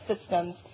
systems